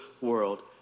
world